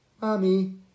Mommy